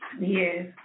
yes